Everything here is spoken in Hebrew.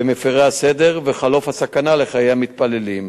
במפירי הסדר וחלוף הסכנה לחיי המתפללים.